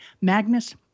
Magnus